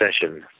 session